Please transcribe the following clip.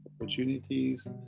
opportunities